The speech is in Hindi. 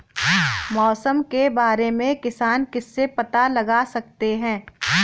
मौसम के बारे में किसान किससे पता लगा सकते हैं?